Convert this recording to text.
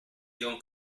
john